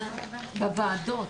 הישיבה ננעלה בשעה 11:20.